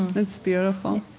it's beautiful